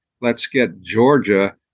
let's-get-Georgia